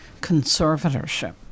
conservatorship